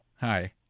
Hi